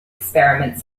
experiments